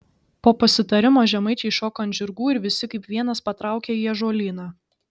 po pasitarimo žemaičiai šoko ant žirgų ir visi kaip vienas patraukė į ąžuolyną